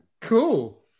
Cool